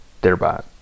thereby